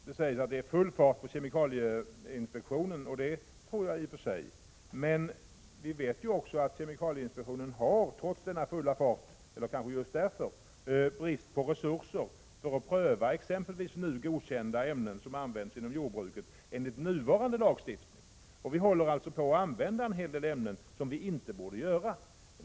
Det sägs att det är full fart på kemikalieinspektionen, och det tror jag i och för sig, men vi vet också att kemikalieinspektionen har, trots denna fulla fart — eller kanske just därför — brist på resurser för att pröva exempelvis ämnen som används inom jordbruket och som är godkända enligt nuvarande lagstiftning. Vi håller alltså på att använda en hel del ämnen som inte borde användas.